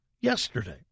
yesterday